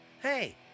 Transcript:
Hey